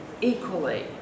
equally